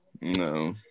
No